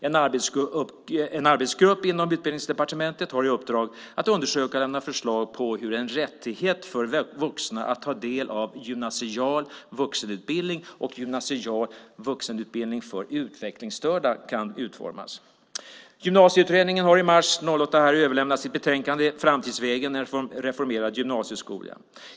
En arbetsgrupp inom Utbildningsdepartementet har i uppdrag att undersöka och att lämna förslag om hur en rättighet för vuxna att ta del av gymnasial vuxenutbildning och gymnasial vuxenutbildning för utvecklingsstörda kan utformas. Gymnasieutredningen överlämnade i mars 2008 sitt betänkande Framtidsvägen - en reformerad gymnasieskola .